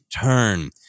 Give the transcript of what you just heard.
turn